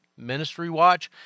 ministrywatch